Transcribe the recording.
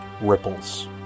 Ripples